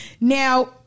Now